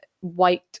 white